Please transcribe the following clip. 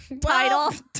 Title